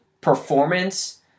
performance